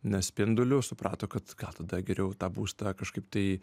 ne spinduliu suprato kad gal tada geriau tą būstą kažkaip tai